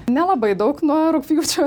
nelabai daug nuo rugpjūčio